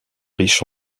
riche